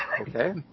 Okay